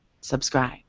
subscribe